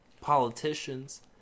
politicians